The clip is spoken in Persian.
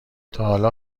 تاحالا